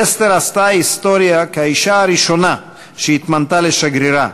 אסתר עשתה היסטוריה כאישה הראשונה שהתמנתה לשגרירה,